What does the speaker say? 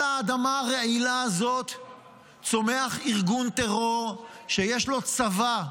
על האדמה הרעילה הזאת צומח ארגון טרור שיש לו צבא,